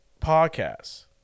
podcasts